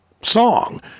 song